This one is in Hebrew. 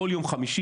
כל יום חמישי,